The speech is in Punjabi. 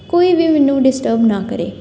ਕੋਈ ਵੀ ਮੈਨੂੰ ਡਿਸਟਰਬ ਨਾ ਕਰੇ